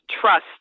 trust